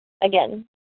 Again